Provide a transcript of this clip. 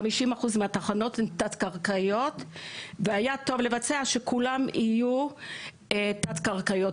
50% מהתחנות הן תת קרקעיות והיה טוב לבצע שכולם יהיו תת קרקעיות,